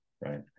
right